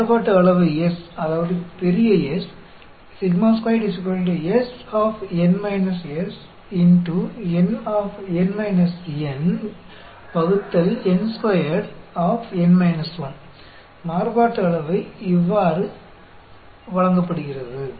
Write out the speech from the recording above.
மாறுபாட்டு அளவை S அதாவது பெரிய S மாறுபாட்டு அளவை இவ்வாறு வழங்கப்படுகிறது